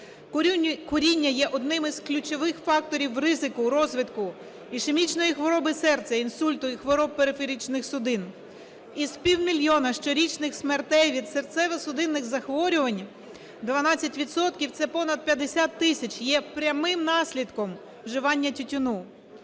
Куріння є одним із ключових факторів ризику розвитку ішемічної хвороби серця, інсульту і хвороб периферичних судин. Із півмільйона щорічних смертей від серцево-судинних захворювань 12 відсотків (це понад 50 тисяч) є прямим наслідком вживання тютюну.